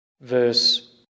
verse